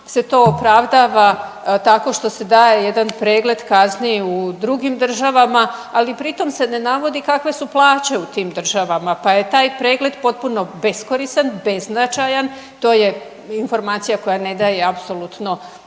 se to opravdava tako što se daje jedan pregled kazni u drugim državama, ali pritom se ne navodi kakve su plaće u tim državama, pa je taj pregled potpuno beskoristan, beznačajan. To je informacija koja ne daje apsolutno